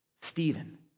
Stephen